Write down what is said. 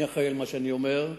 אני אחראי למה שאני אומר.